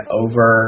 over